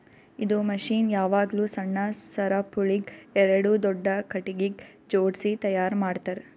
ಇದು ಮಷೀನ್ ಯಾವಾಗ್ಲೂ ಸಣ್ಣ ಸರಪುಳಿಗ್ ಎರಡು ದೊಡ್ಡ ಖಟಗಿಗ್ ಜೋಡ್ಸಿ ತೈಯಾರ್ ಮಾಡ್ತರ್